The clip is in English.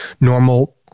normal